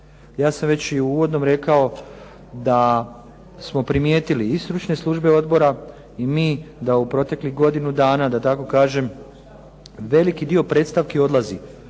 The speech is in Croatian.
Ja sam već i uvodno rekao da smo primijetili i stručne službe odbora i mi da u proteklih godinu dana da tako kažem, veliki dio predstavki odlazi,